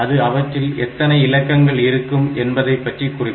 அது அவற்றில் எத்தனை இலக்கங்கள் இருக்கும் என்பதை பற்றி குறிக்கும்